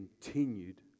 continued